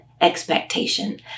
expectation